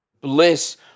Bliss